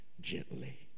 gently